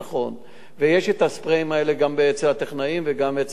ויש הספריי הזה גם אצל הטכנאים וגם אצל המעבדות.